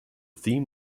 theme